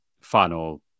final